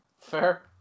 Fair